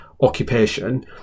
occupation